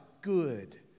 good